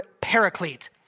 paraclete